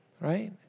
right